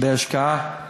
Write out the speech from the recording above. בהשקעה,